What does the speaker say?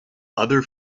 other